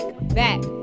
back